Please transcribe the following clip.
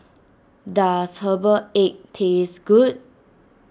does Herbal Egg taste good